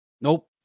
Nope